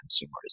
consumers